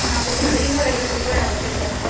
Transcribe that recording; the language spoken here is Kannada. ಆಗುತ್ತೆ ಸರ್ ಇನ್ನೂರಾ ಐವತ್ತು ರೂಪಾಯಿ ಆಗುತ್ತೆ ಸರ್